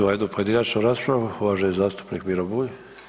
Imamo jednu pojedinačnu raspravu, uvaženi zastupnik Miro Bulj.